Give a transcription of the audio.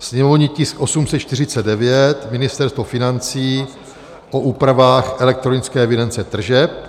sněmovní tisk 849 Ministerstvo financí o úpravách elektronické evidence tržeb;